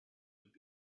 would